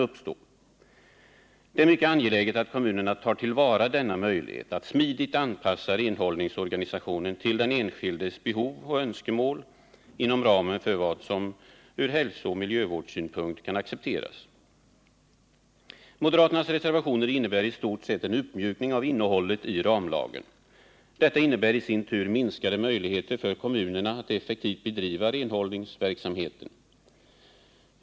Det är mycket angeläget att kommunerna tar till vara denna möjlighet att smidigt anpassa renhållningsorganisationen till den enskildes behov och önskemål inom ramen för vad som från hälsooch miljövårdssynpunkt kan accepteras. Moderaternas reservationer innebär i stort sett en uppmjukning av innehållet i ramlagen. Detta innebär i sin tur en minskning av kommunernas möjligheter att effektivt bedriva renhållningsverksamhet.